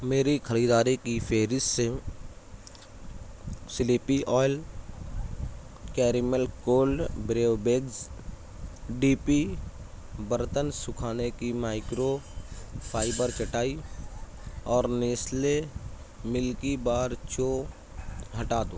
میری خریداری کی فہرست سے sleepy owl caramel cold brew bags D P برتن سکھانے کی مائکرو فائبر چٹائی اور نیسلے ملکی بار چو ہٹا دو